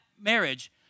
marriage